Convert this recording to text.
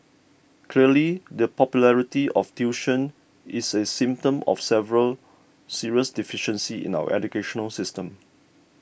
clearly the popularity of tuition is a symptom of several serious deficiencies in our educational system